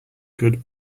could